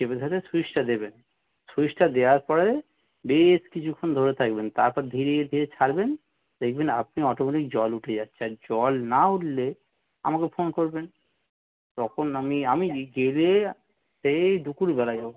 টিপে ধরে সুইচটা দেবেন সুইচটা দেওয়ার পরে বেশ কিছুক্ষণ ধরে থাকবেন তারপর ধীরে ধীরে ছাড়বেন দেখবেন আপনি অটোমেটিক জল উঠে যাচ্ছে আর জল না উঠলে আমাকে ফোন করবেন তখন আমি আমি গে গেলে সেই দুপুর বেলায় যাবো